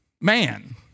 man